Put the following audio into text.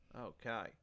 Okay